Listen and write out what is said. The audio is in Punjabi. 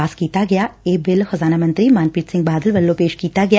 ਪਾਸ ਕੀਤਾ ਗਿਐ ਇਹ ਬਿੱਲ ਖਜ਼ਾਨਾ ਮੰਤਰੀ ਮਨਪੀਤ ਸਿੰਘ ਬਾਦਲ ਵੱਲੋਂ ਪੇਸ਼ ਕੀਤਾ ਗਿਆ